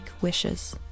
wishes